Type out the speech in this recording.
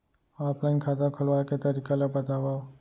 Offline खाता खोलवाय के तरीका ल बतावव?